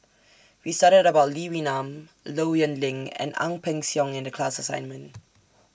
We studied about Lee Wee Nam Low Yen Ling and Ang Peng Siong in The class assignment